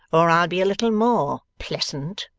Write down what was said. or i'll be a little more pleasant,